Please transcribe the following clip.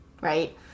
right